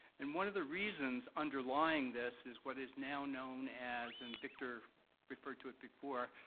and one of the reasons underlying this is what is now known as, and victor referred to it before,